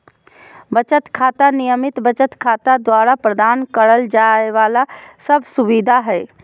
बचत खाता, नियमित बचत खाता द्वारा प्रदान करल जाइ वाला सब सुविधा हइ